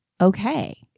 Okay